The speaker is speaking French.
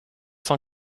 cent